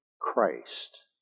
Christ